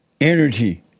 energy